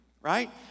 right